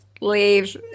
leave